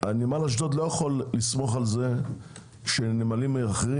נמל אשדוד לא יכול לסמוך על זה שנמלים אחרים